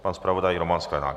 Pan zpravodaj Roman Sklenák?